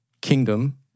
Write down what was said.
kingdom